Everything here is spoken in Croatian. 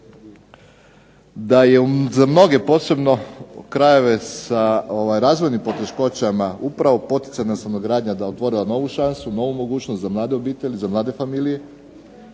da je za mnoge posebno krajeve sa razvojnim poteškoćama upravo poticajna stanogradnja da otvore novu šansu, novu mogućnost za mlade obitelji, za mlade familije,